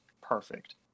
perfect